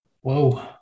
Whoa